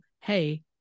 hey